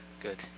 good